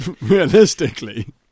Realistically